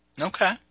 Okay